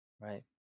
Right